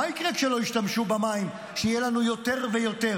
מה יקרה כשלא ישתמשו במים, שיהיו לנו יותר ויותר?